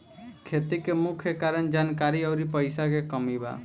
खेती के मुख्य कारन जानकारी अउरी पईसा के कमी बा